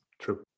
True